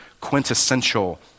quintessential